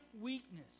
weakness